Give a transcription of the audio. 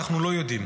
אנחנו לא יודעים.